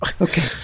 Okay